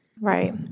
Right